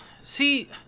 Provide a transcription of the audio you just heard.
See